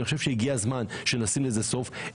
אני חושב שהגיע הזמן שנשים לזה סוף.